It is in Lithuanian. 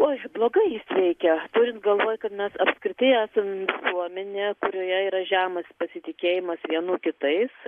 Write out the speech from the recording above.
oi blogai jis veikia turint galvoj kad mes apskritai esam visuomenė joje yra žemas pasitikėjimas vienų kitais